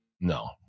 No